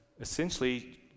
Essentially